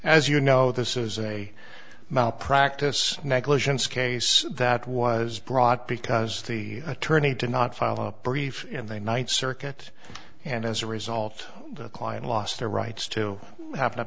as you know this is a malpractise negligence case that was brought because the attorney to not follow a brief in the ninth circuit and as a result the client lost their rights to have